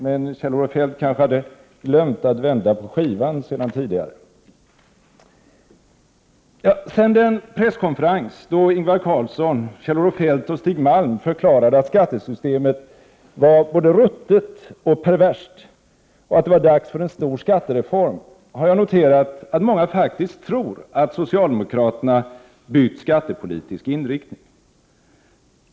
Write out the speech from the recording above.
Men Kjell-Olof Feldt kanske hade glömt att vända på skivan sedan tidigare. Efter den presskonferens då Ingvar Carlsson, Kjell-Olof Feldt och Stig Malm förklarade att skattesystemet var både ruttet och perverst och att det var dags för en stor skattereform har jag noterat att många människor faktiskt tror att socialdemokraterna bytt skattepolitisk inriktning.